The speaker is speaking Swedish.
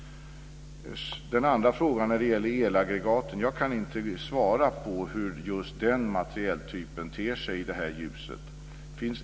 Den andra frågan gällde elaggregaten. Jag kan inte svara på hur just den materieltypen ter sig i detta ljus.